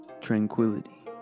tranquility